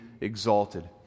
exalted